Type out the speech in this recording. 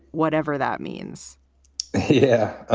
whatever that means yeah ah